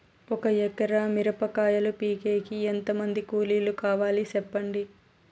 ఒక ఎకరా మిరప కాయలు పీకేకి ఎంత మంది కూలీలు కావాలి? సెప్పండి?